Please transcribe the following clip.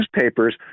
newspapers